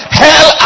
hell